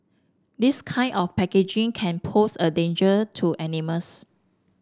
this kind of packaging can pose a danger to animals